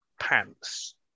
pants